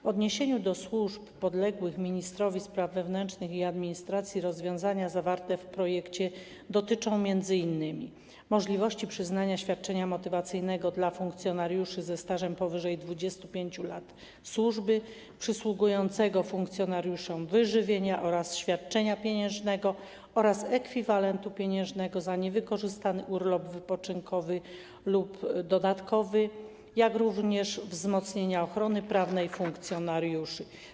W odniesieniu do służb podległych ministrowi spraw wewnętrznych i administracji rozwiązania zawarte w projekcie dotyczą m.in. możliwości przyznania świadczenia motywacyjnego dla funkcjonariuszy ze stażem powyżej 25 lat służby, przysługującego funkcjonariuszom wyżywienia oraz świadczenia pieniężnego oraz ekwiwalentu pieniężnego za niewykorzystany urlop wypoczynkowy lub dodatkowy, jak również wzmocnienia ochrony prawnej funkcjonariuszy.